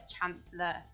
chancellor